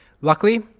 Luckily